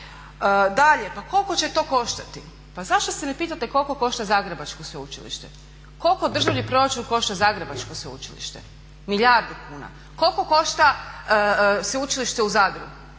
Dalje, pa koliko će to koštati? Pa zašto se ne pitate koliko košta Zagrebačko sveučilište? Koliko državni proračun košta Zagrebačko sveučilište? Milijardu kuna. Koliko košta Sveučilište u Zadru?